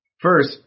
First